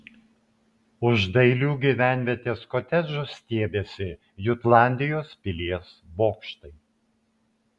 už dailių gyvenvietės kotedžų stiebėsi jutlandijos pilies bokštai